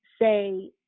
say